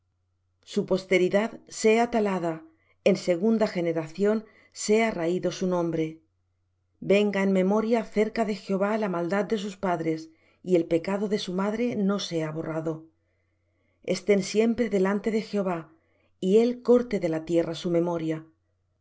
su posteridad sea talada en segunda generación sea raído su nombre venga en memoria cerca de jehová la maldad de sus padres y el pecado de su madre no sea borrado estén siempre delante de jehová y él corte de la tierra su memoria